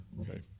Okay